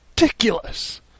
ridiculous